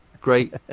great